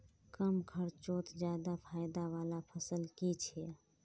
कम खर्चोत ज्यादा फायदा वाला फसल की छे?